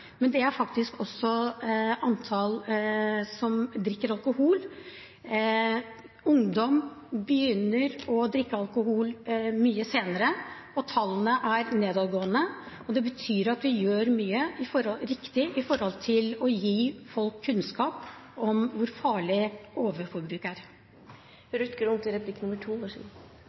faktisk også antallet som drikker alkohol. Ungdom begynner å drikke alkohol mye senere, og tallene er nedadgående. Det betyr at vi gjør mye riktig når det gjelder å gi folk kunnskap om hvor farlig overforbruk er.